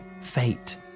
fate